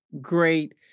Great